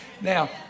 Now